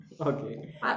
Okay